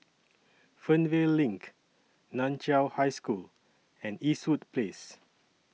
Fernvale LINK NAN Chiau High School and Eastwood Place